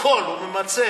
הכול הוא ממצה.